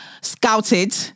scouted